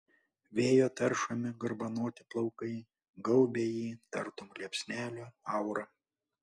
vėjo taršomi garbanoti plaukai gaubia jį tartum liepsnelių aura